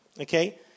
Okay